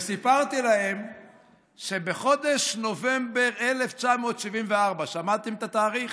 סיפרתי להם שבחודש נובמבר 1974, שמעתם את התאריך?